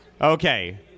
Okay